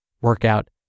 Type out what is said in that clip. Workout